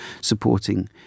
supporting